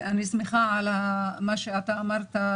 אני שמחה על מה שאמרת,